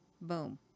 Boom